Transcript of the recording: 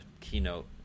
keynote